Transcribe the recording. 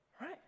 Right